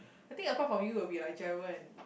I think apart from you would be like Jia-Wen